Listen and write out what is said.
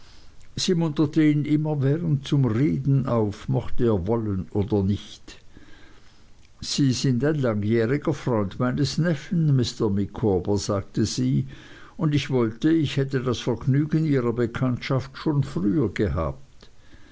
sie munterte ihn immerwährend zum reden auf mochte er wollen oder nicht sie sind ein langjähriger freund meines neffen mr micawber sagte sie und ich wollte ich hätte das vergnügen ihrer bekanntschaft schon früher gehabt